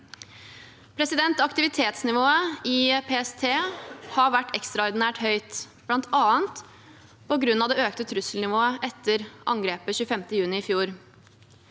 Aktivitetsnivået i PST har vært ekstraordinært høyt, bl.a. på grunn av det økte trusselnivået etter angrepet 25. juni i fjor.